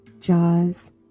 jaws